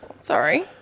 Sorry